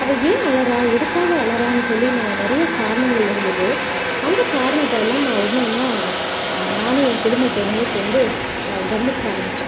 அவள் ஏன் அழறா எதுக்காக அழறான்னு சொல்லி நான் நிறையா காரணங்கள் இருந்தது அந்த காரணத்தைலாம் நான் ஒன்றொன்னா நானும் என் குடும்பத்தினரும் சேர்ந்து கவனிக்க ஆரம்பித்தோம்